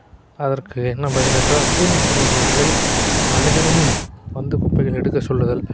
அதற்கு என்ன பதில் என்றால் தூய்மைப் பணியாளர்களை அனுதினமும் வந்து குப்பைகளை எடுக்கச் சொல்லுதல்